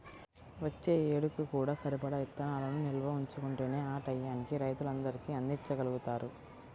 వచ్చే ఏడుకి కూడా సరిపడా ఇత్తనాలను నిల్వ ఉంచుకుంటేనే ఆ టైయ్యానికి రైతులందరికీ అందిచ్చగలుగుతారు